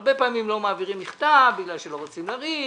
הרבה פעמים לא מעבירים מכתב בגלל שלא רוצים לריב,